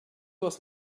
was